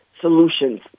solutions